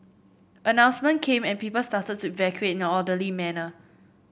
announcement came and people started to evacuate in an orderly manner